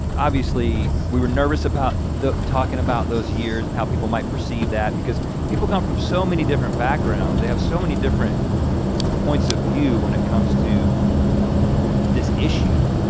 obviously, we were nervous about talking about those years and how people might perceive that because people come from so many different backgrounds, they have so many different points of view when it comes to this issue.